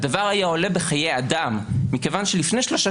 הדבר היה עולה בחיי אדם מכיוון שלפני שלושה